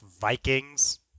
vikings